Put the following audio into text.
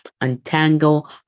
untangle